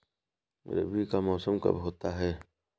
रबी का मौसम कब होता हैं?